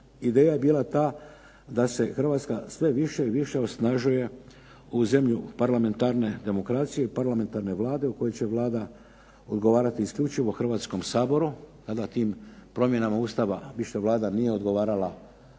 ideja je bila ta da se Hrvatska sve više i više osnažuje u zemlju parlamentarne demokracije i parlamentarne Vlade u koju će Vlada odgovarati isključivo Hrvatskom saboru, a da tim promjenama Ustava više Vlada nije odgovarala